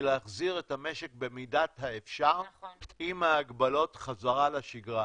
הוא להחזיר את המשק במידת האפשר עם ההגבלות חזרה לשגרה.